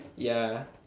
ya